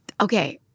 Okay